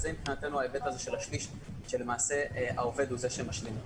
זה מבחינתנו ההיבט של השליש שלמעשה העובד משלים אותם.